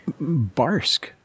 Barsk